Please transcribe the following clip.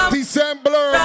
December